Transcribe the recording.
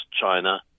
China